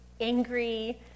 angry